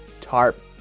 tarp